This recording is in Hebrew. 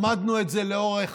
למדנו את זה לאורך